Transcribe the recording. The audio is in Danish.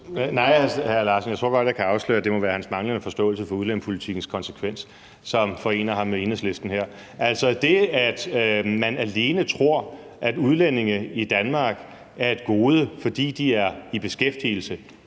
Nej, jeg tror godt, at jeg kan afsløre, at det må være hr. Steffen Larsens manglende forståelse for udlændingepolitikkens konsekvens, som forener ham med Enhedslisten her. Altså det, at man alene tror, at udlændinge i Danmark er et gode, fordi de er i beskæftigelse,